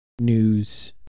news